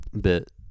bit